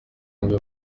wanjye